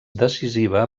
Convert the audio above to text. decisiva